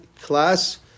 class